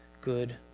good